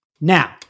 now